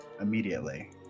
immediately